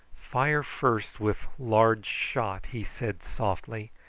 fire first with large shot, he said softly.